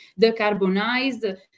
decarbonized